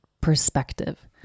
perspective